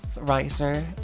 writer